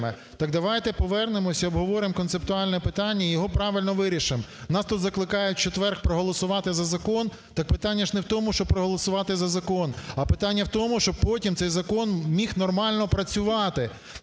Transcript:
Так давайте повернемося і обговоримо концептуальне питання і його правильно вирішимо. Нас тут закликають у четвер проголосувати за закон, так питання ж не в тому, що проголосувати за закон, а питання в тому, щоб потім цей закон міг нормально працювати.